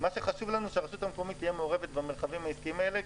מה שחשוב לנו שהרשות המקומית תהיה מעורבת במרחבים העסקיים האלה,